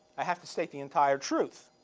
i have to state the entire truth.